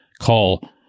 call